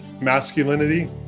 masculinity